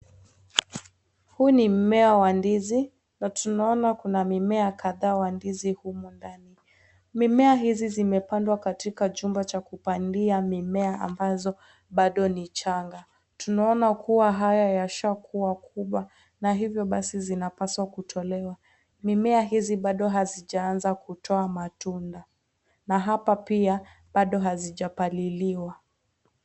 Huu ni mmea wa ndizi. Na tunaona kuna mimea kadhaa wa ndizi humo ndani. Mimea hizi zimepandwa katika chumba cha kupandia mimea ambazo bado ni changa. Tunaona kuwa haya yashakua kubwa na hivyo basi zinapaswa kutolewa. Mimea hizi bado hazijaanza kutoa matunda. Na hapa pia bado hazijapaliliwa.